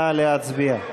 נא להצביע.